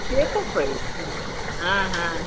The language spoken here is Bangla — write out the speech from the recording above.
সে তো হয় হ্যাঁ হ্যাঁ